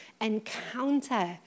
encounter